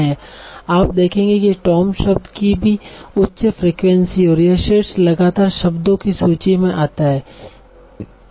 आप देखेंगे कि टॉम शब्द की भी उच्च फ्रीक्वेंसी है और यह शीर्ष लगातार शब्दों की सूची में आता है